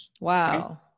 wow